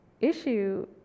issue